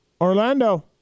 Orlando